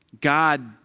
God